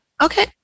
Okay